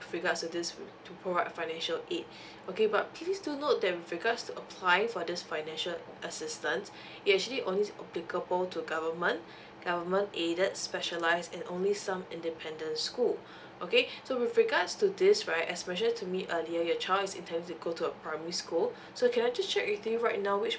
with regards to this to provide financial aid okay but please do note that with regards to apply for this financial assistance it actually only applicable to government government aided specialise and only some independent school okay so with regards to this right as mentioned to me earlier your child is intending to go to a primary school so can I just check with you right now which